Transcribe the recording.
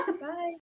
Bye